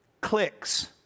Clicks